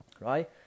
right